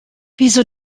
wieso